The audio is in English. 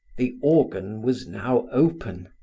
the organ was now open.